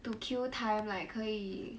to kill time like 可以